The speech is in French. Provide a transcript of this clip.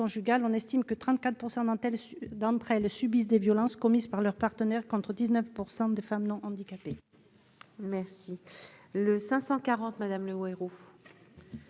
on estime que 34 % dans telle d'entre elles subissent des violences commises par leurs partenaires, contre 19 % de femmes dans handicapés. Merci le 540 madame le héros.